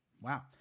Wow